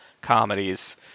comedies